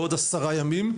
בעוד עשרה ימים,